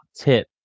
tip